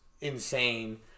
insane